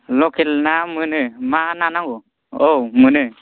लखेल ना मोनो मा ना नांगौ औ मोनो